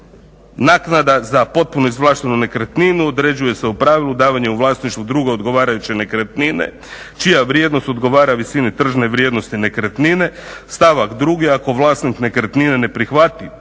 naknada za potpuno izvlaštenu nekretninu određuje se u pravu davanjem u vlasništvo druge odgovarajuće nekretnine čija vrijednost odgovara visini tržne vrijednosti nekretnine. Stavak 2. ako vlasnik nekretnine ne prihvatiti